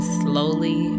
slowly